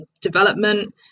development